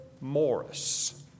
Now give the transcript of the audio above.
Morris